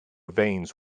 veins